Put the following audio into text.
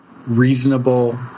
reasonable